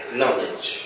knowledge